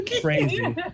crazy